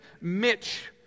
Mitch